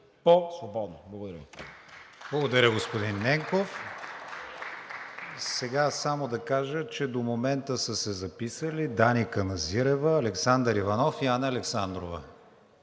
КРИСТИАН ВИГЕНИН: Благодаря, господин Ненков. Само да кажа, че до момента са се записали Дани Каназирева, Александър Иванов и Анна Александрова